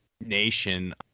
nation